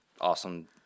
awesome